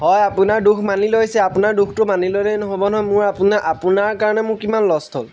হয় আপোনাৰ দোষ মানি লৈছে আপোনাৰ দোষটো মানি ল'লেই নহ'ব নহয় মোৰ আপোনাৰ আপোনাৰ কাৰণে মোৰ কিমান লষ্ট হ'ল